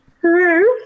true